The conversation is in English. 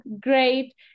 great